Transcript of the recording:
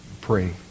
pray